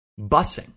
busing